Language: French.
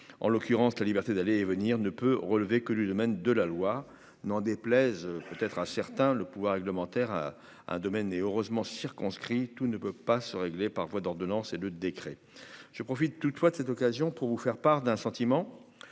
en l'occurrence la liberté d'aller et venir, ne peut relever que le domaine de la loi, n'en déplaise peut-être incertain le pouvoir réglementaire à un domaine et heureusement circonscrits, tout ne peut pas se régler par voie d'ordonnance et le décret je profite toutefois de cette occasion pour vous faire part d'un sentiment